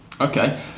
Okay